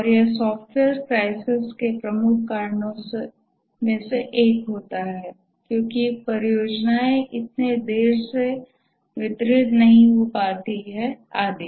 और यह सॉफ्टवेयर संकट के प्रमुख कारणों में से एक होता है क्यों परियोजनाएं इतने देर से वितरित नहीं हो पाती हैं इत्यादि